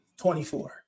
24